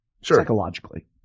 psychologically